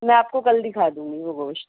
میں آپ کو کل دکھا دوں گی وہ گوشت